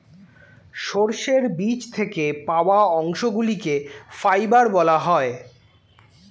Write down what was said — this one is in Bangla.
সর্ষের বীজ থেকে পাওয়া অংশগুলিকে ফাইবার বলা হয়